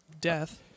Death